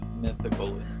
mythical